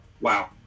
wow